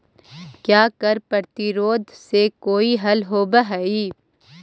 क्या कर प्रतिरोध से कोई हल होवअ हाई